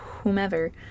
whomever